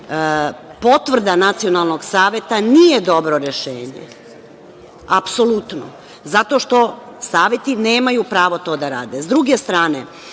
Potvrda Nacionalnog saveta nije dobro rešenje, apsolutno, zato što saveti nemaju pravo to da rade. Sa druge strane,